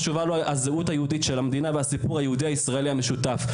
הזהות היהודית של המדינה והסיפור היהודי-ישראלי המשותף.